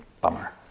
Bummer